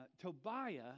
Tobiah